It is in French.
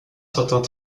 certains